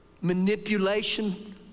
manipulation